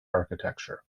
architecture